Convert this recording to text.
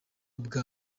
bwa